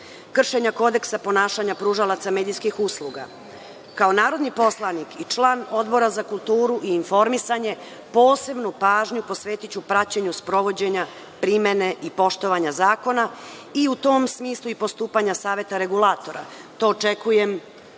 kršenja kodeksa ponašanja pružalaca medijskih usluga. Kao narodni poslanik i član Odbora za kulturu i informisanje, posebnu pažnju posvetiću praćenju sprovođenja primene i poštovanja zakona i u tom smislu i postupanja Saveta regulatora. To očekujem